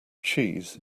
cheese